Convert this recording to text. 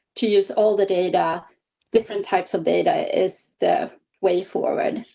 to use all the data different types of data is the way forward.